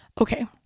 Okay